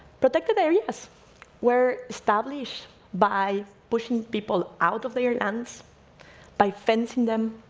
protected areas were established by pushing people out of their lands, by fencing them.